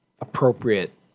appropriate